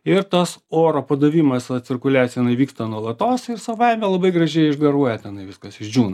ir tas oro padavimas va cirkuliacija jinai vyksta nuolatos ir savaime labai graži išgaruoja tenai viskas išdžiūna